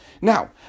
Now